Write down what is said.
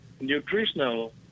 nutritional